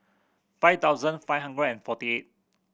five thousand five hundred and forty eight